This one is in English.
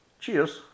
Cheers